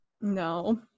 no